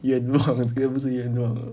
愿望这个不是愿望